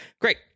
great